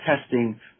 testing